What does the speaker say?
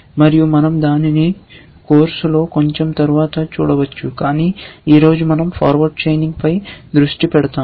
మరియు మనం దానిని కోర్సులో కొంచెం తరువాత చూడవచ్చు కాని ఈ రోజు మనం ఫార్వర్డ్ చైనింగ్ పై దృష్టి పెడతాము